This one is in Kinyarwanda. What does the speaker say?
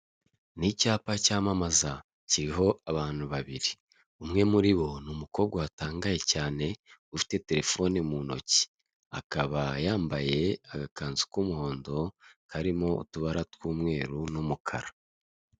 Ni icyapa cyamamaza kiriho abantu babiri umwe muri bo ni umukobwa watangaye cyane, ufite terefone mu ntoki, akaba yambaye agakanzu k'umuhondo karimo utubara tw'umweru n'umukara.